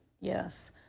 Yes